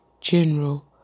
General